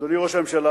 אדוני ראש הממשלה,